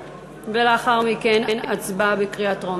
ולאחר מכן הצבעה בקריאה טרומית.